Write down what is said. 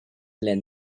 then